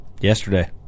yesterday